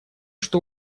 что